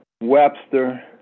Webster